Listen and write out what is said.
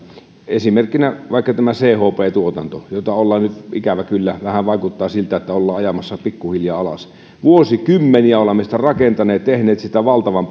esimerkkinä vaikka tämä chp tuotanto jota ollaan nyt ikävä kyllä vähän vaikuttaa siltä ajamassa pikkuhiljaa alas vuosikymmeniä olemme sitä rakentaneet tehneet siitä valtavan